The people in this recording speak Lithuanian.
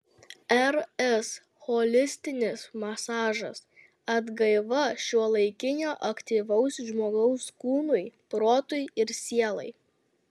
rs holistinis masažas atgaiva šiuolaikinio aktyvaus žmogaus kūnui protui ir sielai